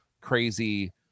crazy